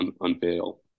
unveil